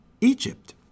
Egypt